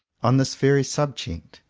on this very subject.